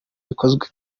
bikozwe